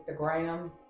Instagram